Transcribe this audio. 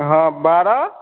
हाँ बारा